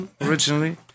originally